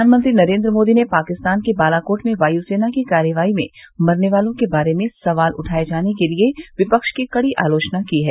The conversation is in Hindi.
प्रधानमंत्री नरेन्द्र मोदी ने पाकिस्तान के बालाकोट में वायुसेना की कार्रवाई में मरने वालों के बारे में सवाल उठाए जाने के लिए विपक्ष की कड़ी आलोचना की है